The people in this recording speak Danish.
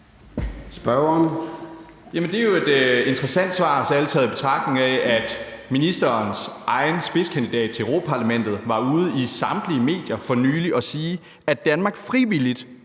det er jo et interessant svar, særlig taget i betragtning af at ministerens egen spidskandidat til Europa-Parlamentet for nylig var ude i samtlige medier og sige, at Danmark frivilligt